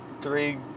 three